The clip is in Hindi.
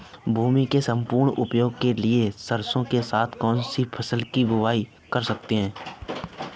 भूमि के सम्पूर्ण उपयोग के लिए सरसो के साथ कौन सी फसल की बुआई कर सकते हैं?